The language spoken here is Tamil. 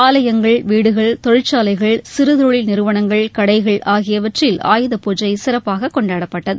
ஆலயங்கள் வீடுகள் தொழிற்சாலைகள் சிறு தொழில் நிறுவனங்கள் கடைகள் ஆகியவற்றில் ஆயுதபூஜை சிறப்பாக கொண்டாடப்பட்டது